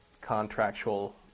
contractual